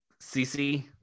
CC